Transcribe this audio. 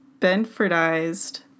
Benfordized